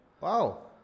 Wow